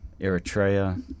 Eritrea